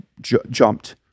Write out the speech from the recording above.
jumped